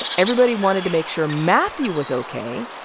everybody wanted to make sure mathew was ok,